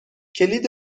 کلید